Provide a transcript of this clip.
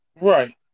Right